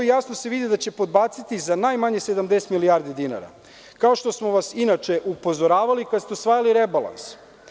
Jasno se vidi da će podbaciti za najmanje 70 milijardi dinara, kao što smo vas inače upozoravali kada ste usvajali rebalans.